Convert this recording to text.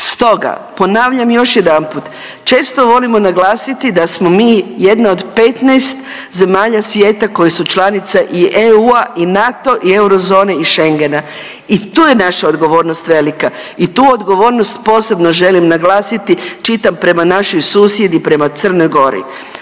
Stoga, ponavljam još jedanput, često volimo naglasiti da smo mi jedna od 15 zemalja svijeta koje su članice i EU-a i NATO i eurozone i Schengena i tu je naša odgovornost velika i tu odgovornost posebno želim naglasiti, čitam prema našoj susjedi, prema Crnoj Gori.